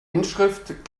inschrift